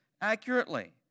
accurately